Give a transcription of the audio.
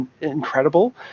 incredible